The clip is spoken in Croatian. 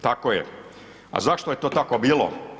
Tako je, a zašto je to tako bilo?